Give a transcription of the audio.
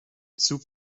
zug